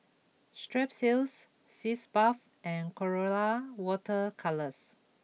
Strepsils Sitz bath and Colora water colours